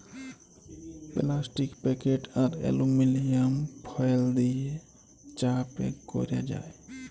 plastic packet আর aluminium foil দিয়ে চা প্যাক ক্যরা যায়